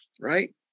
right